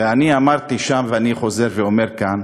ואני אמרתי שם, ואני חוזר ואומר כאן: